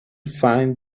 find